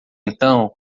então